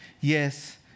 Yes